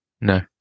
No